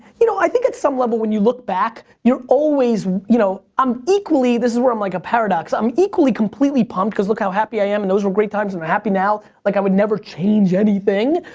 you know, i think at some level when you look back, you're always, you know, i'm equally, this is where i'm like a paradox. i'm equally completely pumped cause look how happy i am and those were great times and i'm happy now, like i would never change anything.